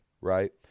right